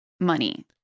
money